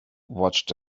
watched